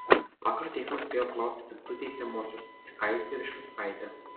vakar teismas spėjo apklausti tik du teisiamuosius strikaitį ir šiurskaitę